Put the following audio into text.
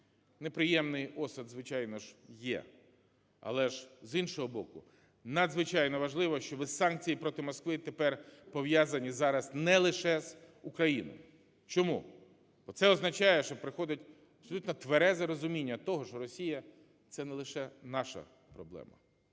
Неприємний осад, звичайно ж, є. Але, з іншого боку, надзвичайно важливо, щоб санкції проти Москви тепер пов'язані зараз не лише з Україною. Чому? Бо це означає, що приходить абсолютно тверезе розуміння того, що Росія – це не лише наша проблема,